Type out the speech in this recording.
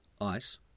Ice